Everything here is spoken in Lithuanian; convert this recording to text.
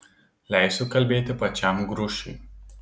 leisiu kalbėti pačiam grušiui